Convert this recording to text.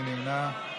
מי נמנע?